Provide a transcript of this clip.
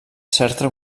certa